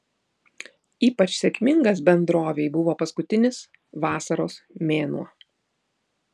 ypač sėkmingas bendrovei buvo paskutinis vasaros mėnuo